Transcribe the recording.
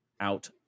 out